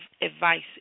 advice